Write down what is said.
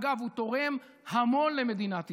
אגב, הוא תורם המון למדינת ישראל.